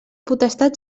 potestat